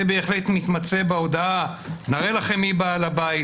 זה בהחלט מתמצה בהודעה: נראה לכם מי בעל הבית,